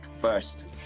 first